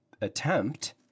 attempt